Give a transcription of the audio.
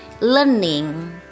learning